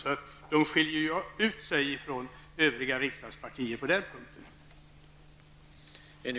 Därvidlag skiljer de sig från övriga riksdagspartier.